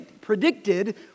predicted